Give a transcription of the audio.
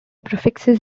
prefixes